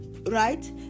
right